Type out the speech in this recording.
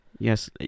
Yes